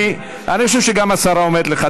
אני חושב שגם השרה אומרת לך.